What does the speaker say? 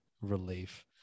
relief